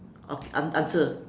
okay an~ answer